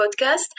podcast